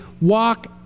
walk